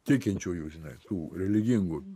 tikinčiųjų žinai tų religingų